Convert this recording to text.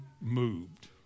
moved